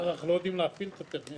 אנחנו לא יודעים להפעיל את השדה.